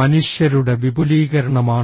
മനുഷ്യരുടെ വിപുലീകരണമാണ്